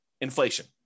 Inflation